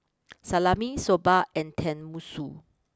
Salami Soba and Tenmusu